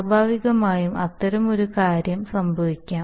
സ്വാഭാവികമായും അത്തരമൊരു കാര്യം സംഭവിക്കാം